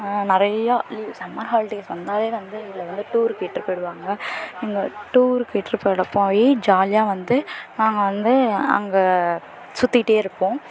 நிறையா leave summer holidays வந்தாலே வந்து எங்களை வந்து டூருக்கு இட்டுட்டு போய்விடுவாங்க எங்கள் டூருக்கு இட்டுனார் போகிறப்பயே அப்படியே ஜாலியாக வந்து நாங்கள் வந்து அங்கே சுற்றிக்கிட்டே இருப்போம்